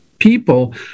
people